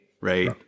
right